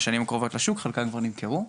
בשנים הקרובות לשוק, חלקן כבר נמכרו.